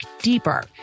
deeper